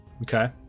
Okay